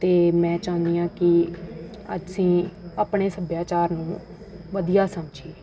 ਅਤੇ ਮੈਂ ਚਾਹੁੰਦੀ ਹਾਂ ਕਿ ਅਸੀਂ ਆਪਣੇ ਸੱਭਿਆਚਾਰ ਨੂੰ ਵਧੀਆ ਸਮਝੀਏ